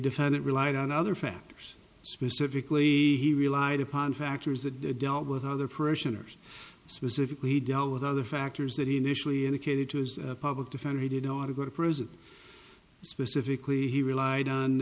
defendant relied on other factors specifically he relied upon factors that dealt with other parishioners specifically deal with other factors that he initially indicated to his public defender he did not go to prison specifically he relied on